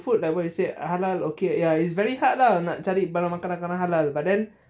food like what you say halal okay ya it's very hard lah nak cari makan makanan halal but then